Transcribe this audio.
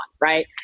right